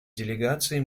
делегации